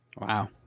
Wow